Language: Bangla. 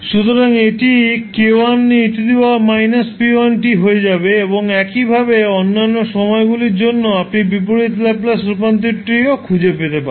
সুতরাং এটি 𝑘1𝑒−𝑝1𝑡 হয়ে যাবে এবং একইভাবে অন্যান্য সময়গুলির জন্য আপনি বিপরীত ল্যাপ্লাস রূপান্তরটিও খুঁজে পেতে পারেন